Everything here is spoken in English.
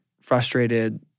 frustrated